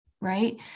Right